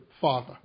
Father